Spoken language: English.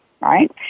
right